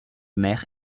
maire